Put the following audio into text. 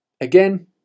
Again